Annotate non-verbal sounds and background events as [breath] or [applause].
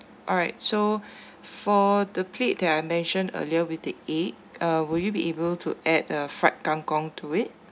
alright so [breath] for the plate that I mentioned earlier we take egg uh would you be able to add a fried kangkung to it